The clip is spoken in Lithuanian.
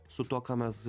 su tuo ką mes